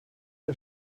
der